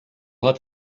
hat